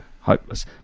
Hopeless